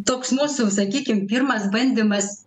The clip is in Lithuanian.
toks mūsų sakykim pirmas bandymas